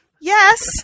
Yes